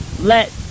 let